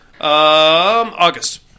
August